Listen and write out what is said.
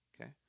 Okay